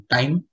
Time